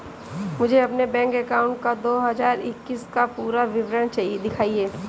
मुझे अपने bank account का दो हज़ार इक्कीस का पूरा विवरण दिखाएँ?